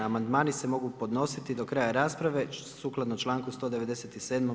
Amandmani se mogu podnositi do kraja rasprave sukladno članku 197.